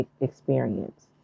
experience